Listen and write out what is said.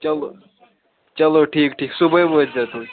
چلو چلو ٹھیٖک ٹھیٖک صُبحٲے وٲتۍزیٚو تُہۍ